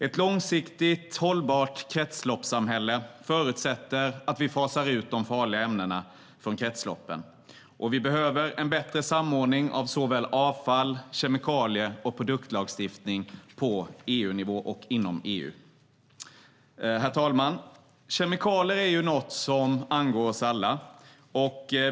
Ett långsiktigt hållbart kretsloppssamhälle förutsätter att vi fasar ut de farliga ämnena från kretsloppen. Vi behöver en bättre samordning av avfalls-, kemikalie och produktlagstiftning på EU-nivå och inom EU. Herr talman! Kemikalier är något som angår oss alla.